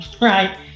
right